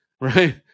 right